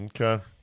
Okay